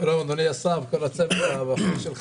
שלום אדוני השר וכל הצוות שלך.